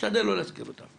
תשתדל לא להזכיר אותם.